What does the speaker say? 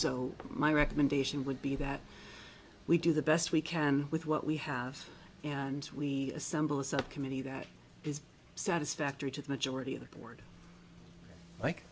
so my recommendation would be that we do the best we can with what we have and we assemble a subcommittee that is satisfactory to the majority of the board like